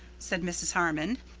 said mrs. harmon.